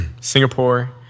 Singapore